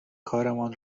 کارمان